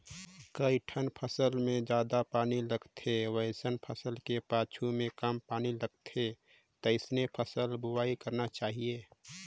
कइठन फसल मे जादा पानी लगथे वइसन फसल के पाछू में कम पानी लगथे तइसने फसल बोवाई करना चाहीये